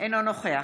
אינו נוכח